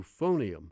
euphonium